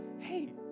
hey